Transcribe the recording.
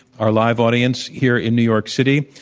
our live audience, here in new york city.